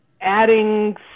adding